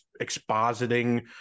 expositing